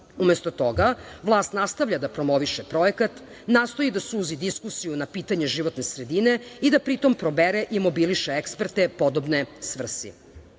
Umesto toga, vlast nastavlja da promoviše projekat, nastoji da suzi diskusiju na pitanje životne sredine i da pritom probere i mobiliše eksperte podobne svrsi.